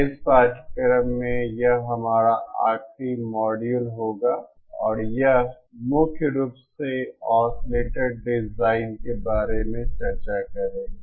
इस पाठ्यक्रम में यह हमारा आखिरी मॉड्यूल होगा और यह मुख्य रूप से ऑसिलेटर डिजाइन के बारे में चर्चा करेंगे